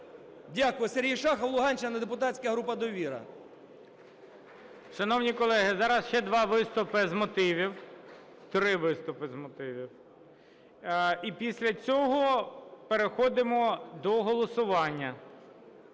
Дякую. Сергій Шахов, Луганщина, депутатська група "Довіра". ГОЛОВУЮЧИЙ. Шановні колеги, зараз ще два виступи з мотивів. Три виступи з мотивів. І після цього переходимо до голосування.